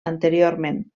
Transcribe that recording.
anteriorment